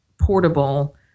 portable